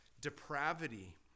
depravity